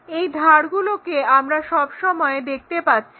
এই ধারগুলোকে আমরা সব সময় দেখতে পাচ্ছি